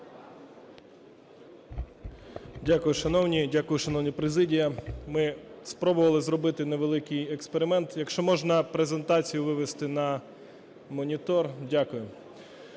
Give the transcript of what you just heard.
Дякую, шановні. Дякую, шановна президія. Ми спробували зробити невеликий експеримент. Якщо можна, презентацію вивести на монітор. Дякую.